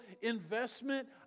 investment